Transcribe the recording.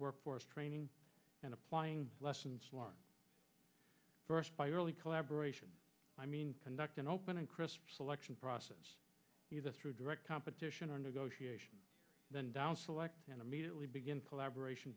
workforce training and applying lessons learned by early collaboration i mean conduct an open and crisp selection process through direct competition or negotiation then down select and immediately begin collaboration